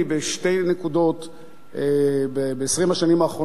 בשתי נקודות ב-20 השנים האחרונות,